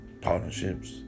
partnerships